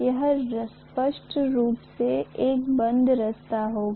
वह स्पष्ट रूप से एक बंद रास्ता होगा